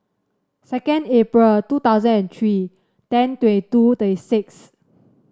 second April two thousand and three ten twenty two twenty six